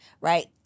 Right